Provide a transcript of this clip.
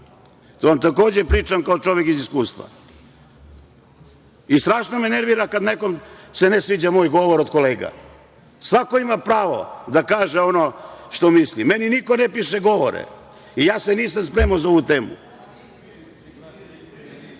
To vam, takođe, pričam kao čovek iz iskustva. I strašno me nervira kada se nekom od kolega ne sviđa moj govor. Svako ima pravo da kaže ono što misli. Meni niko ne piše govore i ja se nisam spremao za ovu